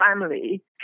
family